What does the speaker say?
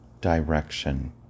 direction